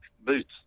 boots